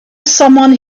someone